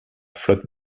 flotte